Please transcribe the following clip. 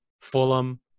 Fulham